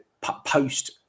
post